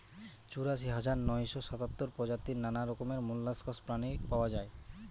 চুরাশি হাজার নয়শ সাতাত্তর প্রজাতির নানা রকমের মোল্লাসকস প্রাণী পাওয়া যায়